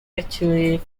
actually